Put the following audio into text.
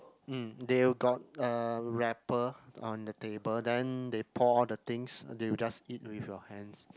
mm they will got a wrapper on the table then they pour all things then you just eat with your hands